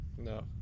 No